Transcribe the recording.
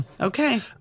Okay